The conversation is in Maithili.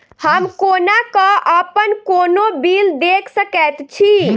हम कोना कऽ अप्पन कोनो बिल देख सकैत छी?